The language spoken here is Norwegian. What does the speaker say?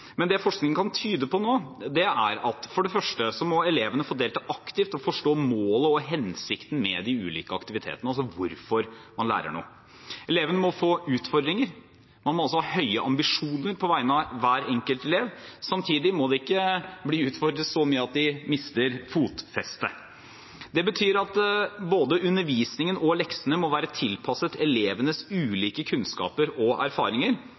Men det forskningen kan tyde på nå, er for det første at elevene må få delta aktivt og forstå målet og hensikten med de ulike aktivitetene – altså hvorfor man lærer noe. Elevene må få utfordringer. Man må altså ha høye ambisjoner på vegne av hver enkelt elev. Samtidig må de ikke bli utfordret så mye at de mister fotfestet. Det betyr at både undervisningen og leksene må være tilpasset elevenes ulike kunnskaper og erfaringer,